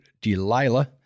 Delilah